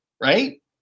right